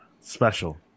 special